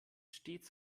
stets